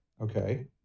Okay